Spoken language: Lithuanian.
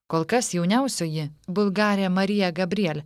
kol kas jauniausioji bulgarė marija gabriel